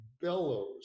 bellows